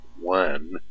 one